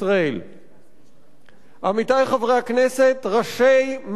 עמיתי חברי הכנסת, ראשי מערכות הביטחון השונות